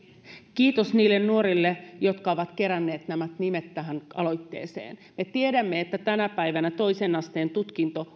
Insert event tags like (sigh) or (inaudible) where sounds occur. kiitos niille nuorille jotka ovat keränneet nimet tähän aloitteeseen me tiedämme että tänä päivänä toisen asteen tutkinto (unintelligible)